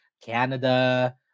Canada